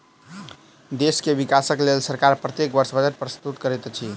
देश के विकासक लेल सरकार प्रत्येक वर्ष बजट प्रस्तुत करैत अछि